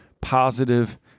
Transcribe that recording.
positive